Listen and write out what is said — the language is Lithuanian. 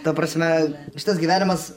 ta prasme šitas gyvenimas